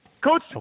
Coach